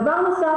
דבר נוסף,